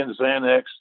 Xanax